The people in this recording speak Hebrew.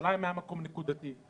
בירושלים היה חיכוך נקודתי,